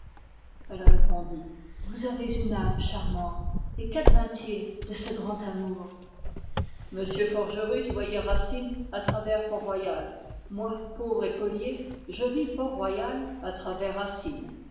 elle répondit vous avez une âme charmante et quadvint il de ce grand amour m forgerus voyait racine à travers port-royal moi pauvre écolier je vis port-royal à travers